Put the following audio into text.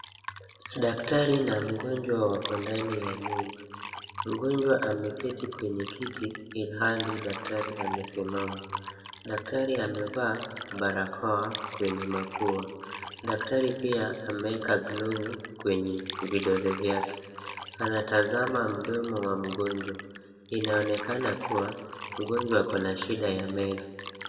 Daktari na mgonjwa wako ndani ya nyumba. Mgonjwa ameketi kwenye kiti, ilhali daktari amesimama. Daktari amevaa barakoa kwenye mapua, daktari pia ameweka glavu kwenye vidole vyake. Anatazama mdomo wa mgonjwa, inaonekana kuwa mgonjwa ako na shida ya meno.